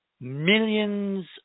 Millions